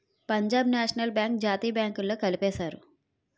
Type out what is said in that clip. Punjab national bank జాతీయ బ్యాంకుల్లో కలిపేశారు